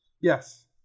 Yes